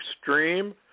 extreme